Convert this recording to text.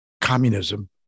communism